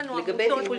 לגבי טיפול שיניים,